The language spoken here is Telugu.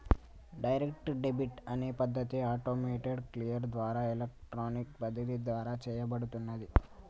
డైరెక్ట్ డెబిట్ అనే పద్ధతి ఆటోమేటెడ్ క్లియర్ ద్వారా ఎలక్ట్రానిక్ బదిలీ ద్వారా చేయబడుతున్నాది